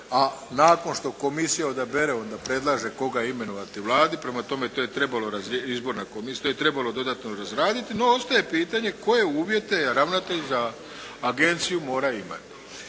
a nakon što komisija odabere onda predlaže koga imenovati Vladi. Prema tome to je trebalo, izborna komisija, to je trebalo dodatno razraditi. No ostaje pitanje koje uvjete ravnatelj za Agenciju mora imati.